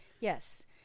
yes